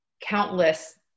countless